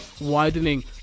widening